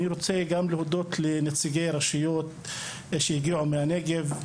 אני רוצה גם להודות לראשי הרשויות שהגיעו מהנגב,